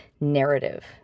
narrative